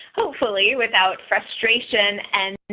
hopefully without frustration and